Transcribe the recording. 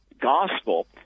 gospel